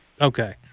okay